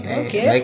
okay